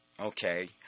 Okay